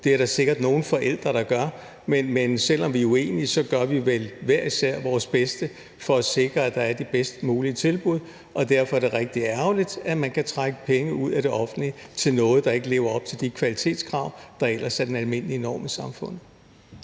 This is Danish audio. det er der sikkert nogle forældre, der er; men selv om vi er uenige, så gør vi vel hver især vores bedste for at sikre, at der er de bedst mulige tilbud. Og derfor er det rigtig ærgerligt, at man kan trække penge ud af det offentlige til noget, der ikke lever op til de kvalitetskrav, der ellers er den almindelige norm i samfundet